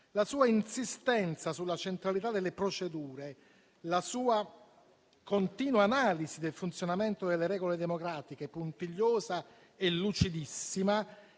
La sua insistenza sulla centralità delle procedure e la sua continua analisi del funzionamento delle regole democratiche, puntigliosa e lucidissima,